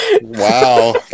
Wow